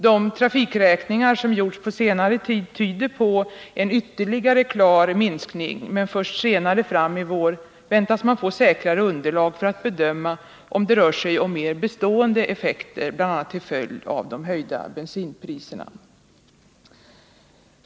De trafikräkningar som gjorts på senare tid tyder på en ytterligare klar minskning, men först senare fram i vår väntas man få säkrare underlag för att bedöma om det rör sig om mer bestående effekter, bl.a. till följd av de höjda bensinpriserna.